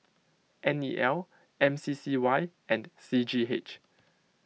N E L M C C Y and C G H